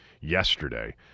yesterday